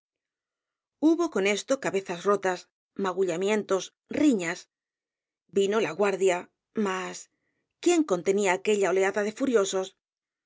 hubo con esto cabezas rotas magullamientos riñas vino la guardia mas quién contenía aquella oleada de furiosos